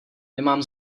nemám